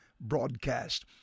broadcast